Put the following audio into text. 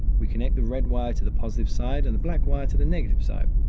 we connect the red wire to the positive side and the black wire to the negative side.